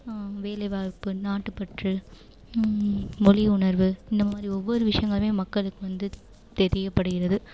வேலைவாய்ப்பு நாட்டுப்பற்று மொழி உணர்வு இந்த மாதிரி ஒவ்வொரு விஷயங்களுமே மக்களுக்கு வந்து தெரியப்படுகிறது